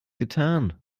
getan